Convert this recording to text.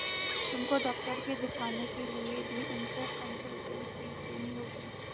तुमको डॉक्टर के दिखाने के लिए भी उनको कंसलटेन्स फीस देनी होगी